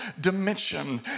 dimension